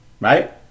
Right